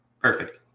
Perfect